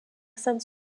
sainte